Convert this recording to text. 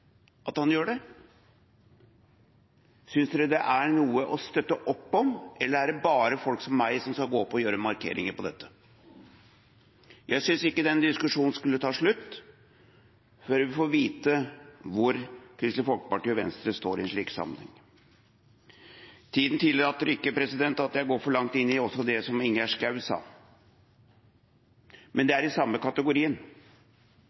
noe å støtte opp om, eller er det bare folk som meg som skal gå opp og gjøre markeringer på dette? Jeg synes ikke den diskusjonen skulle ta slutt før vi får vite hvor Kristelig Folkeparti og Venstre står i en slik sammenheng. Tiden tillater ikke at jeg går for langt inn i det som Ingjerd Schou sa, men det er i den samme kategorien.